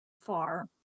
far